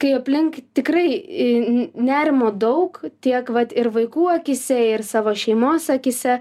kai aplink tikrai nerimo daug tiek vat ir vaikų akyse ir savo šeimos akyse